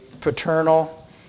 paternal